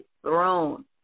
throne